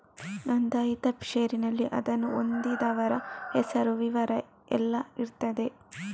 ನೋಂದಾಯಿತ ಷೇರಿನಲ್ಲಿ ಅದನ್ನು ಹೊಂದಿದವರ ಹೆಸರು, ವಿವರ ಎಲ್ಲ ಇರ್ತದೆ